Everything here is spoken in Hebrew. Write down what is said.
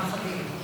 אצלי זה כבר הנכדים.